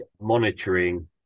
monitoring